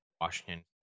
Washington